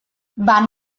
van